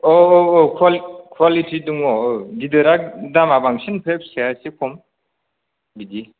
औ औ औ कुवालिटि दङ औ गिदिर गिदिरा दामा बांसिन फिसाया एसे खम बिदि